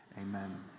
Amen